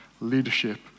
leadership